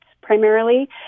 primarily